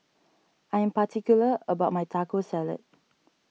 I am particular about my Taco Salad